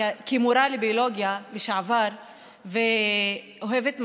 כמורה לביולוגיה לשעבר וכאוהבת מדעים,